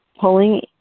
Pulling